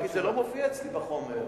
כי זה לא מופיע אצלי בחומר.